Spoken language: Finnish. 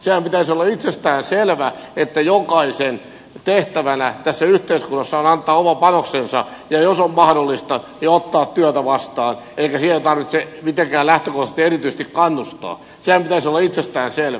senhän pitäisi olla itsestään selvä että jokaisen tehtävänä tässä yhteiskunnassa on antaa oma panoksensa ja jos on mahdollista ottaa työtä vastaan eikä siihen tarvitse mitenkään lähtökohtaisesti erityisesti kannustaa senhän pitäisi itsestään selvä